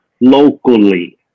locally